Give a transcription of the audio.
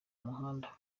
muhanda